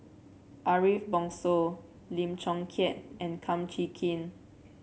Ariff Bongso Lim Chong Keat and Kum Chee Kin